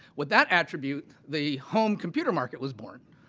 with that attribute the home computer market was born.